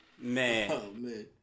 man